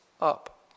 up